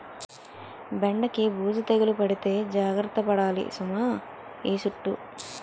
బెండకి బూజు తెగులు పడితే జాగర్త పడాలి సుమా ఈ సుట్టూ